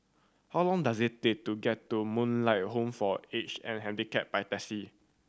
how long does it take to get to Moonlight Home for The Aged and Handicapped by taxi